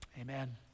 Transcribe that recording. amen